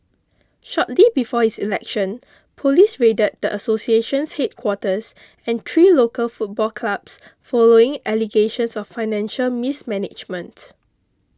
shortly before his election police raided the association's headquarters and three local football clubs following allegations of financial mismanagement